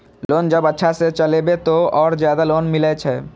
Loan जब अच्छा से चलेबे तो और ज्यादा लोन मिले छै?